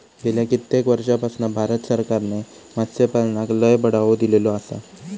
गेल्या कित्येक वर्षापासना भारत सरकारने मत्स्यपालनाक लय बढावो दिलेलो आसा